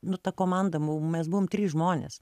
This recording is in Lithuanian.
nu ta komanda mu mes buvome trys žmonės